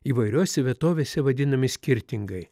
įvairiose vietovėse vadinami skirtingai